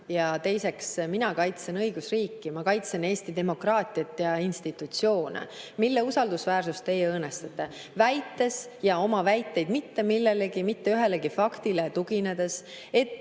Ja teiseks, mina kaitsen õigusriiki, ma kaitsen Eesti demokraatiat ja institutsioone, mille usaldusväärsust teie õõnestate, väites ja oma väidetes mitte millelegi, mitte ühelegi faktile tuginedes, et